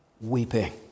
weeping